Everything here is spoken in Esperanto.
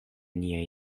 niaj